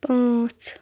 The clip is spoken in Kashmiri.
پانٛژھ